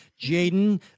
Jaden